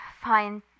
Fine